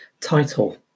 title